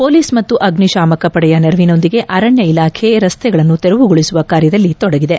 police ಮತ್ತು ಅಗ್ನಿಶಾಮಕ ಪಡೆಯ ನೆರವಿನೊಂದಿಗೆ ಅರಣ್ಯ ಇಲಾಖೆ ರಸ್ತೆಗಳನ್ನು ತೆರವುಗೊಳಿಸುವ ಕಾರ್ಯದಲ್ಲಿ ತೊಡಗಿದೆ